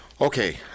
Okay